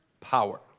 power